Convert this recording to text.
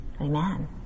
amen